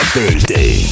Thursday